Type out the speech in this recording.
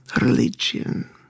religion